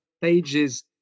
pages